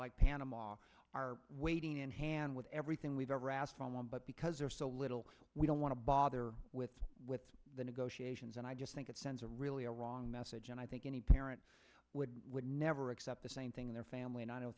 like panama are waiting in hand with everything we've ever asked from them but because they're so little we don't want to bother with the negotiations and i just think it sends a really a wrong message and i think any parent would would never accept the same thing in their family and i don't